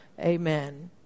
Amen